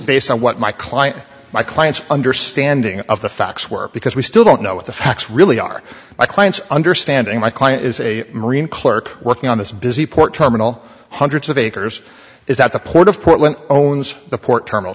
based on what my client my clients understanding of the facts were because we still don't know what the facts really are my clients understanding my client is a marine clerk working on this busy port terminal hundreds of acres is that the port of portland own the port